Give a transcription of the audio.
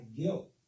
guilt